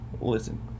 Listen